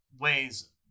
ways